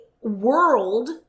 world